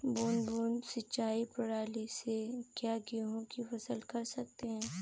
बूंद बूंद सिंचाई प्रणाली से क्या गेहूँ की फसल कर सकते हैं?